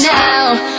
now